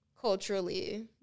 culturally